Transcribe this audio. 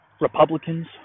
Republicans